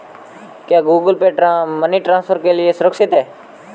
क्या Google Pay money transfer के लिए सुरक्षित है?